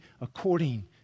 according